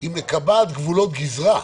היא מקבעת גבולות גזרה.